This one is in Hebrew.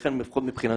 ולכן לפחות מבחינתי,